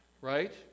Right